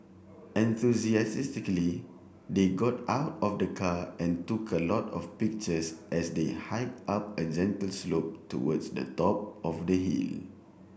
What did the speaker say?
enthusiastically they got out of the car and took a lot of pictures as they hike up a gentle slope towards the top of the hill